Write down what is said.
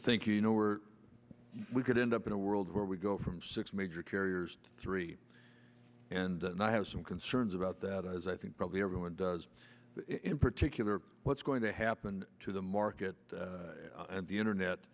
think you know we're we could end up in a world where we go from six major carriers three and i have some concerns about that as i think probably everyone does in particular what's going to happen to the market and the internet